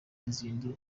izindi